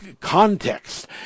context